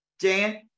Jan